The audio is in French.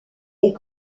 est